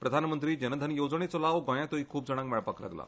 प्रधानमंत्री जनधन येवजणेचो लाव गोंयातूय खूप जाणांक मेळपाक लागला